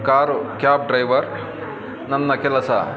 car cab driver ನನ್ನ ಕೆಲಸ